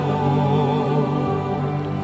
Lord